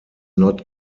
not